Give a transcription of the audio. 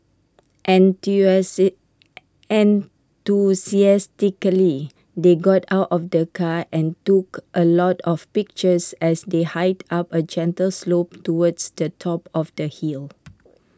enthusiastically they got out of the car and took A lot of pictures as they hiked up A gentle slope towards the top of the hill